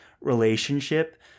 relationship